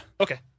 Okay